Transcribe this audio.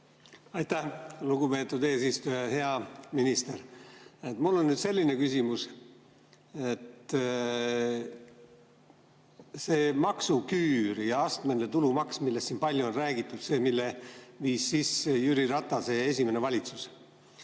Aitäh, lugupeetud eesistuja! Hea minister! Mul on nüüd selline küsimus. See maksuküür ja astmeline tulumaks, millest siin palju on räägitud – selle viis sisse Jüri Ratase esimene valitsus.